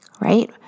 Right